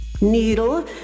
Needle